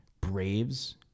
Braves